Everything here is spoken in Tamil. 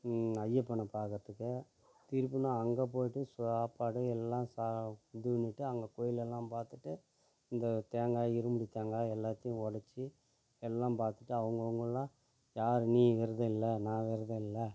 ஐயப்பனை பார்க்கறதுக்கு திருப்பிலும் அங்கே போயிட்டு சு சாப்பாடு எல்லாம் சாப் இது பண்ணிட்டு அங்கே கோயிலலாம் பார்த்துட்டு இந்த தேங்காய் இருமுடி தேங்காய் எல்லாத்தையும் உடச்சி எல்லாம் பார்த்துட்டு அவங்க அவங்கள்லாம் யார் நீ விரதம் இல்லை நான் விரதம் இல்லை